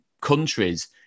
countries